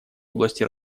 области